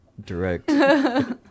direct